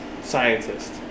scientist